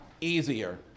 easier